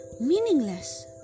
Meaningless